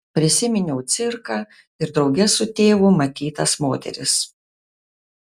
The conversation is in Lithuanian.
prisiminiau cirką ir drauge su tėvu matytas moteris